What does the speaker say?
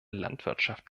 landwirtschaft